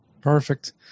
Perfect